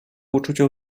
uczucie